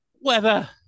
Weather